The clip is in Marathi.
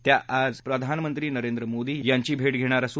त्या आज प्रधानमंत्री नरेंद्र मोदी यांची भेट घेतील